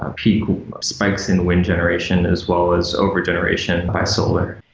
um peak spikes in wind generation as well as over generation by solar.